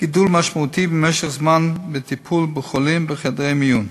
גידול משמעותי במשך זמן הטיפול בחולים בחדרי המיון.